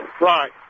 Right